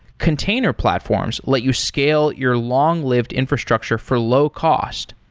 container platforms let you scale your long-lived infrastructure for low cost,